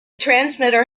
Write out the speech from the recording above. transmitter